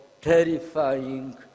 terrifying